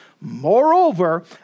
Moreover